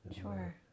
Sure